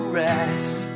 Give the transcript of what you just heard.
rest